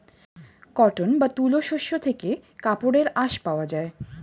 cotton বা তুলো শস্য থেকে কাপড়ের আঁশ পাওয়া যায়